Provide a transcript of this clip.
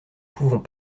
pouvons